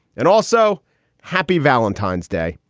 and also happy valentine's day.